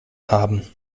haben